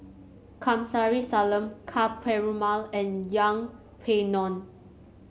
Kamsari Salam Ka Perumal and Yeng Pway Ngon